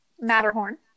Matterhorn